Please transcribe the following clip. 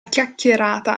chiacchierata